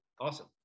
awesome